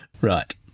Right